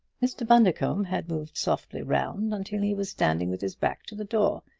mr. bundercombe had moved softly round until he was standing with his back to the door.